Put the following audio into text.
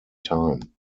time